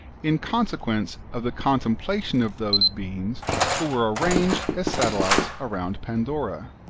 in consequence of the contemplation of those beings who were arranged as satellites around pandora.